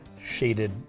shaded